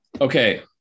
Okay